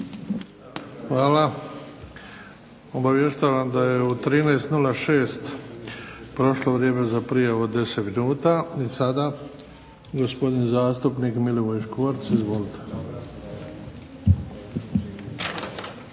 Hvala. Obavještavam da je u 13,06 prošlo vrijeme za prijavu od 10 minuta. I sada gospodin zastupnik Milivoj Škvorc, izvolite.